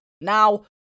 Now